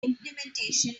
implementation